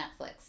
Netflix